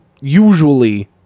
usually